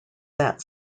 that